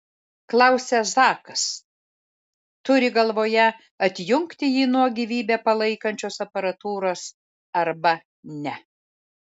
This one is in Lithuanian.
klausia zakas turi galvoje atjungti jį nuo gyvybę palaikančios aparatūros arba ne